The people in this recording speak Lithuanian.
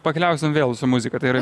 pakeliausim vėl su muzika tai yra